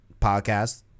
podcast